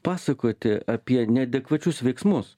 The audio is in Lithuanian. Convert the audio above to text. pasakoti apie neadekvačius veiksmus